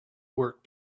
work